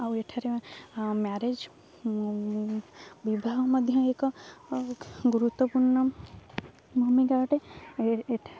ଆଉ ଏଠାରେ ମ୍ୟାରେଜ୍ ବିବାହ ମଧ୍ୟ ଏକ ଗୁରୁତ୍ୱପୂର୍ଣ୍ଣ ଭୂମିକା ଅଟେ ଏଠି